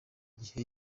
gihe